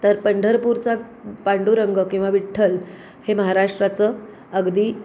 तर पंढरपूरचा पांडुरंग किंवा विठ्ठल हे महाराष्ट्राचं अगदी